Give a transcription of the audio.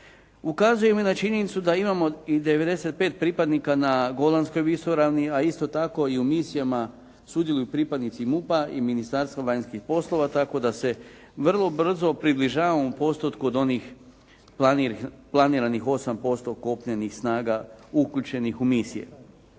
Ukazujem i na činjenicu da imamo i 95 pripadnika na Golanskoj visoravni, a isto tako i u misijama sudjeluju pripadnici MUP-a i Ministarstva vanjskih poslova, tako da se vrlo brzo približavamo postotku od onih planiranih 8% kopnenih snaga uključenih u misije.